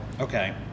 okay